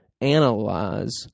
analyze